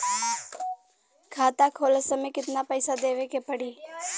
खाता खोलत समय कितना पैसा देवे के पड़ी?